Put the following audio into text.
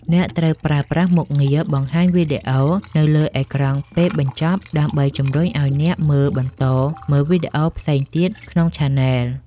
អ្នកត្រូវប្រើប្រាស់មុខងារ បង្ហាញវីដេអូនៅលើអេក្រង់ពេលបញ្ចប់ ដើម្បីជម្រុញឱ្យអ្នកមើលបន្តមើលវីដេអូផ្សេងទៀតក្នុងឆានែល។